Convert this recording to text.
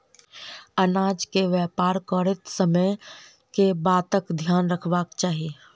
अनाज केँ व्यापार करैत समय केँ बातक ध्यान रखबाक चाहि?